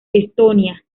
estonia